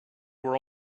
were